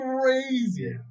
crazy